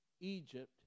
Egypt